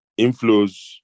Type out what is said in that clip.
inflows